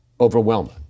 overwhelming